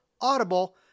Audible